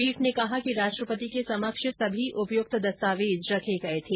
पीठ ने कहा कि राष्ट्रपति के समक्ष सभी उपयुक्त दस्तावेज रखे गये थे